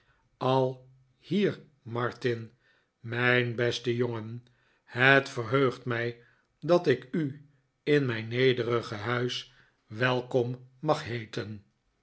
a hier martin mijn beste jongenl het verheugt mij dat ik u in mijn nederige huis welkom mag heeten